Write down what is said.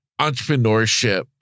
entrepreneurship